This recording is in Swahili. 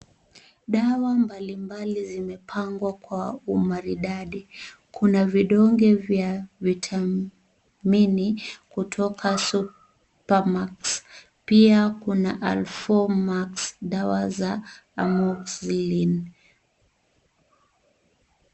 Dawa mbali mbali zimepangwa kwa umaridadi kuna vidonge vya vitamini kutoka Supamax pia kuna Alfomax dawa za amoxyl .